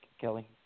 Kelly